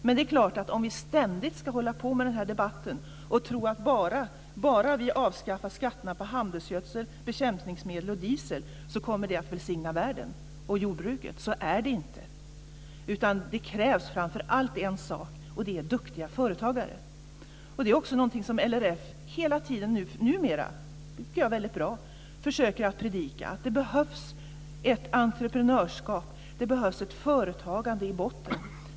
Det är fel att ständigt hålla på med denna debatt och tro att ett avskaffande av skatterna på handelsgödsel, bekämpningsmedel och diesel kommer att välsigna världen och jordbruket. Så är det inte. Det krävs framför allt en sak, och det är duktiga företagare. Det är också någonting som LRF hela tiden numera - det tycker jag är väldigt bra - försöker att predika. Det behövs ett entreprenörskap. Det behövs ett företagande i botten.